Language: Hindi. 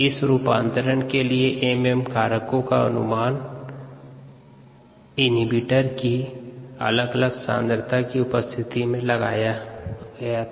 इस रूपांतरण के लिए एम एम कारकों का अनुमान अवरोधक I की अलग अलग सांद्रता की उपस्थिति में में लगाया गया था